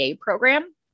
program